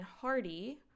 Hardy